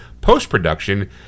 post-production